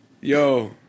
Yo